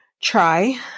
try